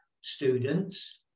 students